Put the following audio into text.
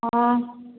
ହଁ